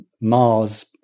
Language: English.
Mars